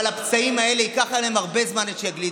אבל הפצעים האלה, ייקח להם הרבה זמן עד שיגלידו.